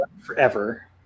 forever